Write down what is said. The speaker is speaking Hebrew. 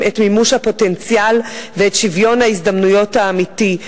את מימוש הפוטנציאל ואת שוויון ההזדמנות האמיתי.